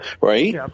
right